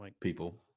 people